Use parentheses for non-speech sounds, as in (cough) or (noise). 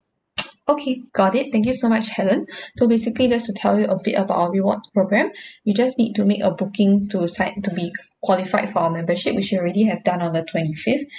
(noise) okay got it thank you so much helen so basically just to tell you a bit about our reward program you just need to make a booking to sign to be qualified for our membership which you already have done on the twenty fifth